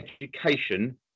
education